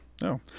No